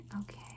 okay